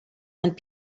and